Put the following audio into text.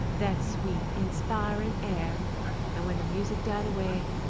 that sweet, inspiring air and when the music died away,